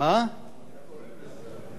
היה פה רמז.